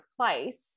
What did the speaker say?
place